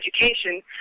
education